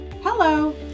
Hello